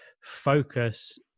focus